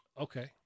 Okay